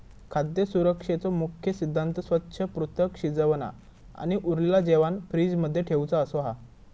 खाद्य सुरक्षेचो मुख्य सिद्धांत स्वच्छ, पृथक, शिजवना आणि उरलेला जेवाण फ्रिज मध्ये ठेउचा असो हा